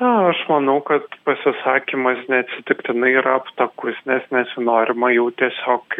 na aš manau kad pasisakymas neatsitiktinai yra aptakus nes nesinorima jau tiesiog